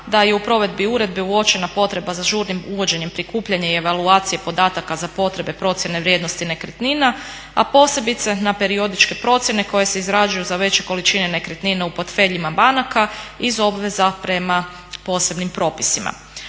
da je u provedbi uredbe uočena potreba za žurnim uvođenjem prikupljanja i evaluacije podataka za potrebe procjene vrijednosti nekretnina, a posebice na periodičke procjene koje se izrađuju za veće količine nekretnina u portfeljima banaka iz obveza prema posebnim propisima.